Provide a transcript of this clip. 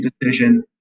decision